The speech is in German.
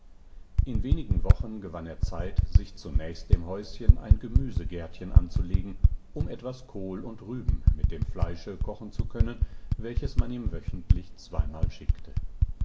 in wenigen wochen gewann er zeit sich zunächst dem häuschen ein gemüsegärtchen anzulegen um etwas kohl und rüben mit dem fleische kochen zu können welches man ihm wöchentlich zweimal schickte